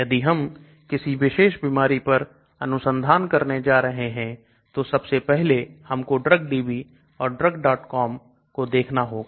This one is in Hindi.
यदि हम किसी विशेष बीमारी पर अनुसंधान करने जा रहे हैं तो सबसे पहले हमको drug DB और drugcom को देखना होगा